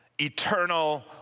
eternal